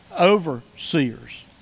overseers